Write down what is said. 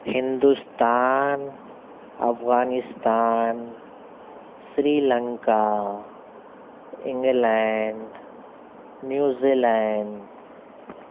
Hindustan Afghanistan Sri Lanka England New Zee land